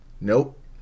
Nope